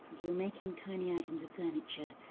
you're making tiny items of furniture.